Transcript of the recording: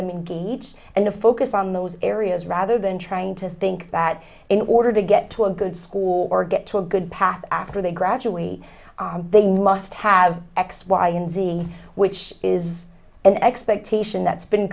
them engaged and to focus on those areas rather than trying to think that in order to get to a good school or get to a good path after they graduate they must have x y and z which is an expectation that's been